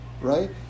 right